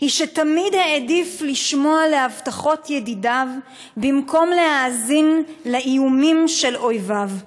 היא שתמיד העדיף לשמוע להבטחות ידידיו במקום להאזין לאיומים של אויביו.